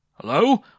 Hello